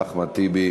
אחמד טיבי